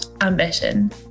ambition